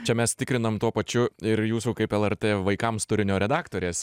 čia mes tikrinam tuo pačiu ir jūsų kaip lrt vaikams turinio redaktorės